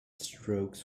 strokes